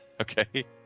Okay